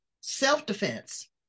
self-defense